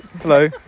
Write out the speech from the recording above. Hello